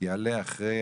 יעלה אחרי